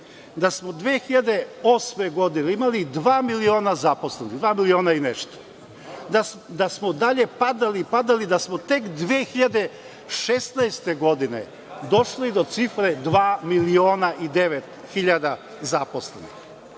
da smo 2008. godine imali dva miliona zaposlenih, dva miliona i nešto, da smo dalje padali i padali, da smo tek 2016. godine došli do cifre od dva miliona i devet hiljada zaposlenih? Da